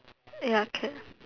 ya